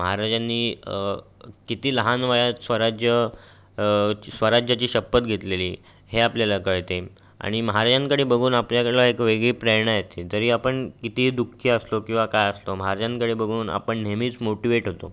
महाराजांनी किती लहान वयात स्वराज्य स्वराज्याची शपथ घेतलेली हे आपल्याला कळते आणि महाराजांकडे बघून आपल्याला एक वेगळी प्रेरणा येते जरी आपण किती दुःखी असलो किंवा काय असलो महाराजांकडे बघून आपण नेहमीच मोटिवेट होतो